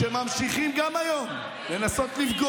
מוחקים את החיוך של אלה שממשיכים גם היום לנסות לפגוע,